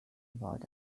about